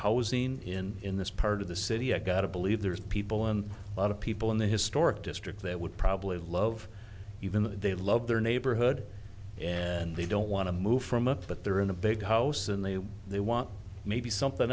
housing in in this part of the city i got to believe there are people and a lot of people in the historic district that would probably love even though they love their neighborhood and they don't want to move from up but they're in a big house and they they want maybe something